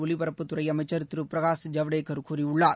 ஒலிபரப்புத்துறை அமைச்சர் திரு பிரகாஷ் ஜவடேக்கர் கூறியுள்ளார்